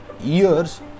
years